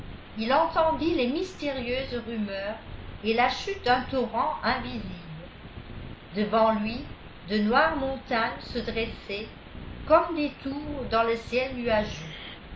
il entendit les mystérieuses rumeurs et la chute d'un torrent invisible devant lui de noires montagnes se dressaient comme des tours dans le ciel nuageux